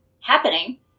happening